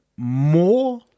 More